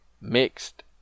mixed